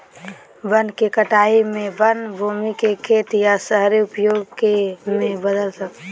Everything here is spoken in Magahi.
वन के कटाई में वन भूमि के खेत या शहरी उपयोग में बदल सको हइ